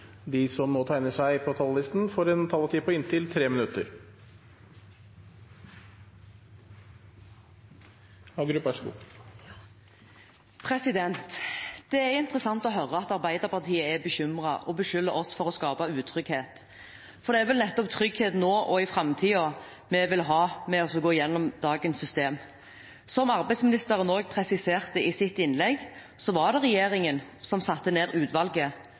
interessant å høre at Arbeiderpartiet er bekymret og beskylder oss for å skape utrygghet. Det er vel nettopp trygghet nå og i framtiden vi vil ha ved å gå gjennom dagens system. Som arbeidsministeren også presiserte i sitt innlegg, var det regjeringen som satte ned utvalget,